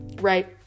right